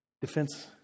defense